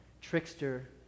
trickster